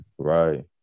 Right